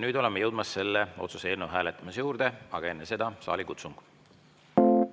Nüüd oleme jõudmas selle otsuse eelnõu hääletamise juurde, aga enne seda saalikutsung. Head